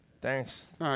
Thanks